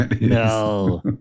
No